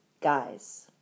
guys